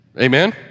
Amen